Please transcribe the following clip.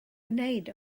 wneud